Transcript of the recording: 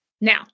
Now